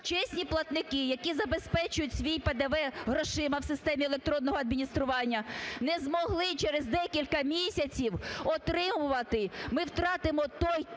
чесні платники, які забезпечують свій ПДВ грошима в системі електронного адміністрування, не змогли через декілька місяців отримувати. Ми втратимо той темп,